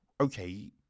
okay